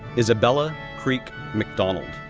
isabelle ah creek mcdonald,